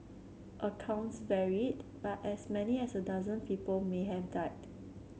accounts varied but as many as a dozen people may have died